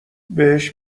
بهش